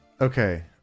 Okay